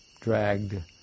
dragged